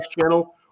channel